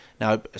Now